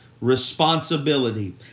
responsibility